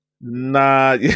Nah